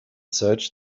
searched